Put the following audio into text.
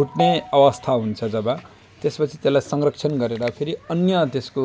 फुट्ने अवस्था हुन्छ जब त्यसपछि त्यलाई संरक्षण गरेर फेरि अन्य त्यसको